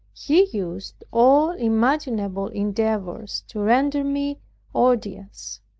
he used all imaginable endeavors to render me odious.